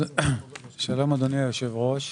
שלום, אדוני היושב-ראש.